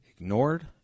Ignored